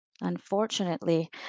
unfortunately